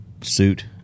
suit